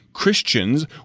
Christians